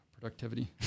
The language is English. Productivity